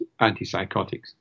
antipsychotics